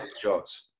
shots